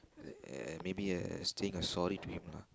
uh maybe uh saying a sorry to him lah